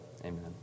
amen